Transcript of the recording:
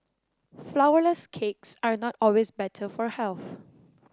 flourless cakes are not always better for health